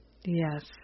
yes